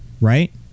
Right